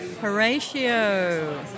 Horatio